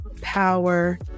Power